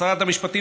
שרת המשפטים,